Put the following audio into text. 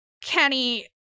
Kenny